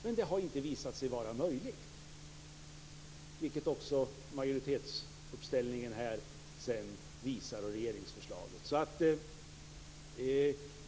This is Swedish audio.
Men detta har inte visat sig vara möjligt, vilket också utskottsmajoriteten och regeringsförslaget visar.